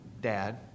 dad